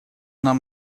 нам